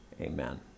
Amen